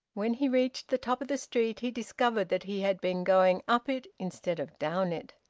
when he reached the top of the street he discovered that he had been going up it instead of down it.